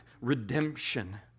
redemption